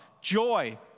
joy